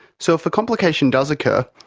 so if a complication does occur,